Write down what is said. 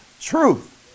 truth